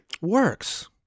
works